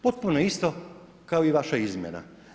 Potpuno isto kao i vaša izmjena.